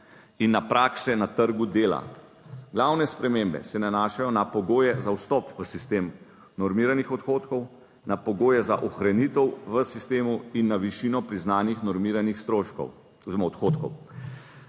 in na prakse na trgu dela. Glavne spremembe se nanašajo na pogoje za vstop v sistem normiranih odhodkov, na pogoje za ohranitev v sistemu in na višino priznanih normiranih stroškov oziroma odhodkov.